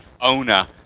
owner